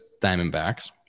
diamondbacks